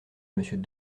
monsieur